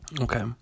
Okay